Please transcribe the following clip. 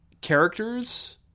characters